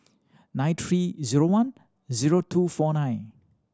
nine three zero one zero two four nine